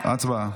הצבעה.